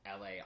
LA